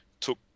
took